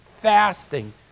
fasting